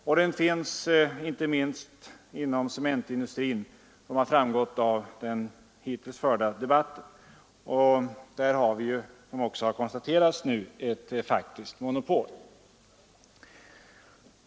Och den finns inte minst inom cementindustrin, vilket har framgått av den hittills förda debatten. Där har vi — som också här konstaterats — ett faktiskt monopol.